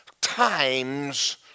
times